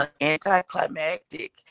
anticlimactic